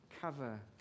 cover